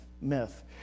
myth